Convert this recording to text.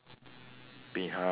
behind